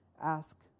ask